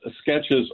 sketches